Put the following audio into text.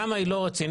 למה היא לא רצינית?